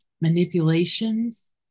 manipulations